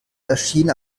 erschien